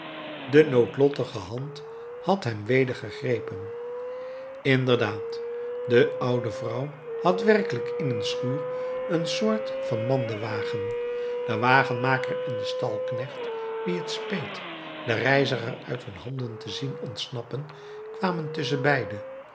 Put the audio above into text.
de noodlottige hand had hem weder gegrepen inderdaad de oude vrouw had werkelijk in een schuur een soort van mandewagen de wagenmaker en de stalknecht wien t speet den reiziger uit hun handen te zien ontsnappen kwamen